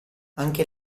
anche